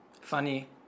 Funny